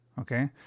Okay